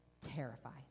terrified